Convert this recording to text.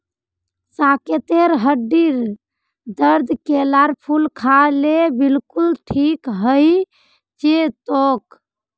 साकेतेर हड्डीर दर्द केलार फूल खा ल बिलकुल ठीक हइ जै तोक